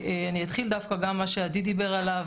אני אתחיל דווקא במה שעדי דיבר עליו,